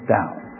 Down